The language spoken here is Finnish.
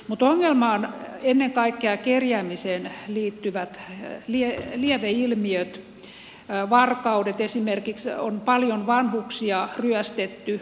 mutta ongelma on ennen kaikkea kerjäämiseen liittyvät lieveilmiöt kuten varkaudet esimerkiksi on paljon vanhuksia ryöstetty